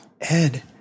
Ed